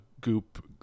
Goop